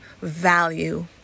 value